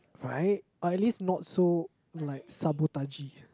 right or at least not so like sabotagey